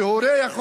כהורה,